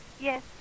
Yes